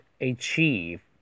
achieve